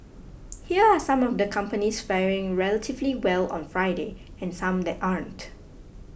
here are some of the companies faring relatively well on Friday and some that aren't